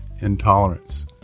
intolerance